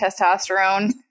testosterone